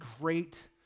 great